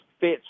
fits